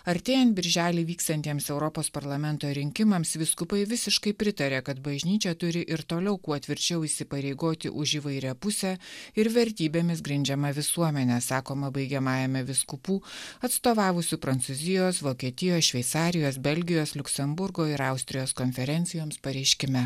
artėjan birželį vyksiantiems europos parlamento rinkimams vyskupai visiškai pritarė kad bažnyčia turi ir toliau kuo tvirčiau įsipareigoti už įvairiapusę ir vertybėmis grindžiamą visuomenę sakoma baigiamajame vyskupų atstovavusių prancūzijos vokietijos šveicarijos belgijos liuksemburgo ir austrijos konferencijoms pareiškime